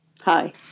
Hi